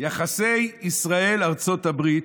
יחסי ישראל וארצות הברית.